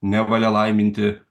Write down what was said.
nevalia laiminti